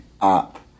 up